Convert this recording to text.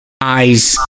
eyes